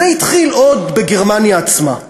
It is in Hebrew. זה התחיל עוד בגרמניה עצמה.